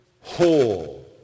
whole